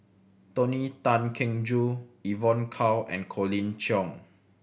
Tony Tan Keng Joo Evon Kow and Colin Cheong